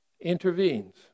intervenes